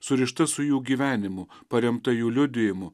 surišta su jų gyvenimu paremta jų liudijimu